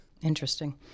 interesting